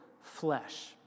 flesh